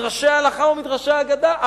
מדרשי ההלכה ומדרשי האגדה,